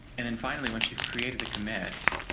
and then finally, once you've created the commits,